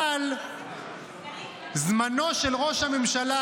אבל זמנו של ראש הממשלה,